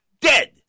dead